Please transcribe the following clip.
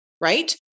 right